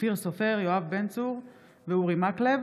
אופיר סופר, יואב בן צור ואורי מקלב